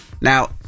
Now